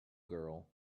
girl